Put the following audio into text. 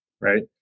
right